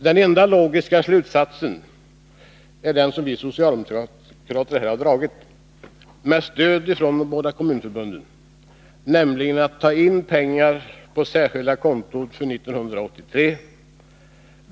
Den enda logiska slutsatsen är den som vi socialdemokrater har dragit — med stöd från de båda kommunförbunden — nämligen att pengar tas in på särskilda konton under 1983.